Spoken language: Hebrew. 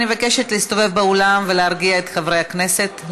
אני מבקשת להסתובב באולם ולהרגיע את חברי הכנסת,